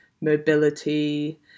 mobility